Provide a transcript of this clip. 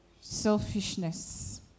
Selfishness